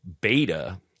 beta